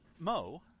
Mo